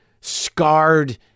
scarred